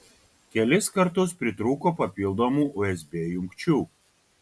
kelis kartus pritrūko papildomų usb jungčių